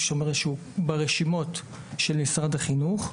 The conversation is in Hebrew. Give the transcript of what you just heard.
שהוא ברשימות של משרד החינוך,